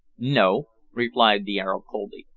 no, replied the arab coldly.